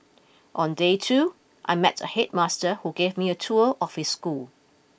on day two I met a headmaster who gave me a tour of his school